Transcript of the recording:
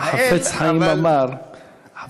החפץ חיים אמר: